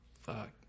Fuck